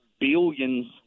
Billions